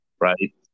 right